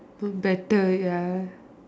better ya